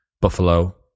Buffalo